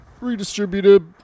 Redistributed